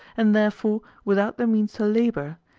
and therefore without the means to labour,